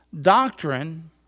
doctrine